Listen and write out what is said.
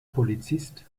polizist